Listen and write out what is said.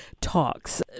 talks